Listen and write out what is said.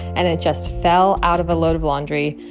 and it just fell out of a load of laundry,